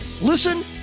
listen